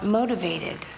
motivated